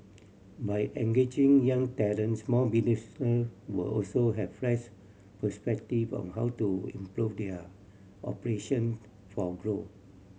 by engaging young talent small business will also have fresh perspective on how to improve their operation for growth